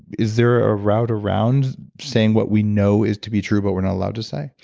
is there a route around saying what we know is to be true but we're not allowed to say?